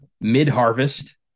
mid-harvest